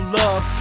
love